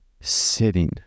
sitting